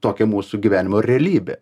tokia mūsų gyvenimo realybė